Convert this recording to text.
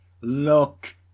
Look